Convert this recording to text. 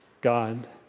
God